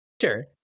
Sure